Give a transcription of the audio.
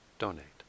donate